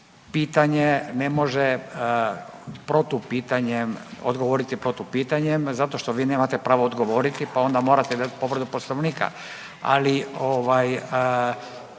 pitanje ne može protupitanjem, odgovoriti protupitanjem zato što vi nemate pravo odgovoriti pa onda morate dati povredu Poslovnika,